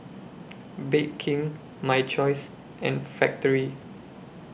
Bake King My Choice and Factorie